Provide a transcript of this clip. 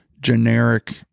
generic